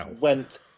went